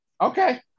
Okay